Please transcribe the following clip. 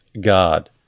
God